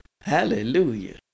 Hallelujah